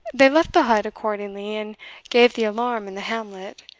they left the hut accordingly, and gave the alarm in the hamlet,